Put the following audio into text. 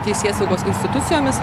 teisėsaugos institucijomis